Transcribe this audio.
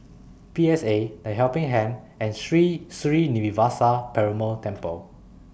P S A The Helping Hand and Sri Srinivasa Perumal Temple